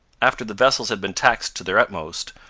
after the vessels had been taxed to their utmost,